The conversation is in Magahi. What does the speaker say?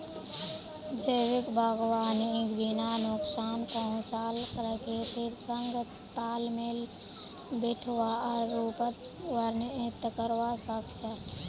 जैविक बागवानीक बिना नुकसान पहुंचाल प्रकृतिर संग तालमेल बिठव्वार रूपत वर्णित करवा स ख छ